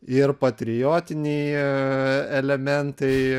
ir patriotiniai elementai